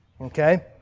Okay